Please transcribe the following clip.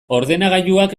ordenagailuak